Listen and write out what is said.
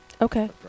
okay